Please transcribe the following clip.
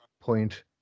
point